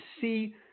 see